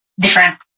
different